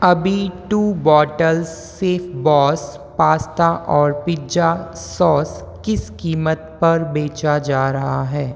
अभी two bottles सेफ़बॉस pasta और पिज्जा सॉस किस कीमत पर बेचा जा रहा है